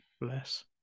Bless